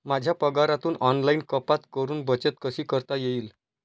माझ्या पगारातून ऑनलाइन कपात करुन बचत कशी करता येईल?